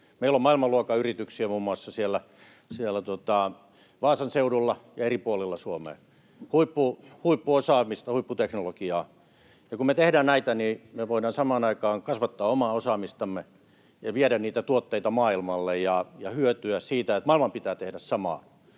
Meillä on maailmanluokan yrityksiä muun muassa siellä Vaasan seudulla ja eri puolilla Suomea, huippuosaamista, huipputeknologiaa. Kun me tehdään näitä, niin me voidaan samaan aikaan kasvattaa omaa osaamistamme ja viedä niitä tuotteita maailmalle ja hyötyä siitä, että maailman pitää tehdä samaa.